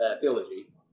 theology